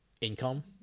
income